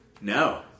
No